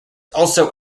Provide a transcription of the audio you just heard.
also